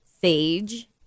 Sage